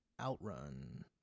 Outrun